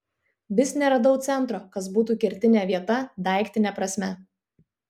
vis neradau centro kas būtų kertinė vieta daiktine prasme